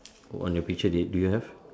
on your picture do do you have